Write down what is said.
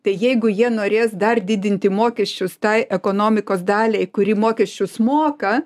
tai jeigu jie norės dar didinti mokesčius tai ekonomikos daliai kuri mokesčius moka